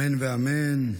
אמן ואמן.